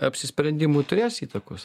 apsisprendimui turės įtakos